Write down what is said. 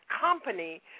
company